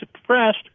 suppressed